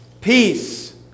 peace